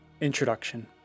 Introduction